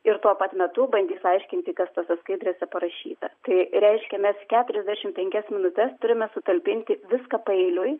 ir tuo pat metu bandys aiškinti kas tose skaidrėse parašyta tai reiškia mes keturiasdešimt penkias minutes turime sutalpinti viską paeiliui